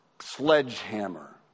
sledgehammer